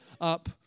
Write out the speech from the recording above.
up